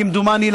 כמדומני,